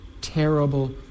terrible